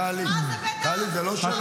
טלי, שכחתי אותך.